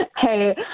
Hey